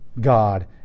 God